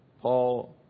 Paul